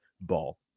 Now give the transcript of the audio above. ball